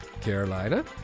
Carolina